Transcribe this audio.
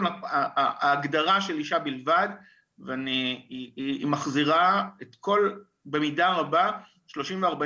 ההגדרה של אישה בלבד מחזירה במידה רבה 30 ו-40